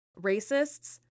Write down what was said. racists